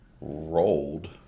Rolled